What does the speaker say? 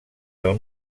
del